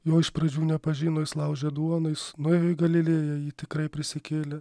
jo iš pradžių nepažino jis laužė duoną jis nuėjo į galilėją ji tikrai prisikėlė